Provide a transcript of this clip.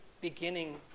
beginning